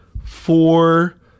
four